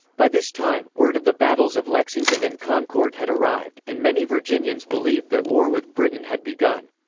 by this time, word of the battles of lexington and concord had arrived, and many virginians believed that war with britain had begun.